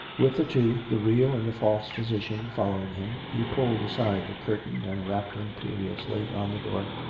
with the two, the real and the false physician following him, he pulled aside the curtain and rapped imperiously on the door.